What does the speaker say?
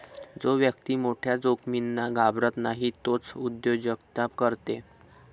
जो व्यक्ती मोठ्या जोखमींना घाबरत नाही तोच उद्योजकता करते